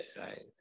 right